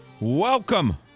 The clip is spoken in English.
Welcome